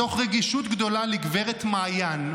מתוך רגישות גדולה לגב' מעיין,